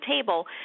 table